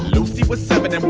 lucy was seven